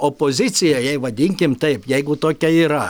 opozicija jei vadinkim taip jeigu tokia yra